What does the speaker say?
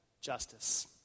justice